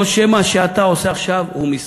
או שמא מה שאתה עושה עכשיו הוא משחק?